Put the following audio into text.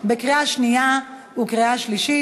2014, קריאה שנייה וקריאה שלישית.